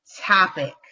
topic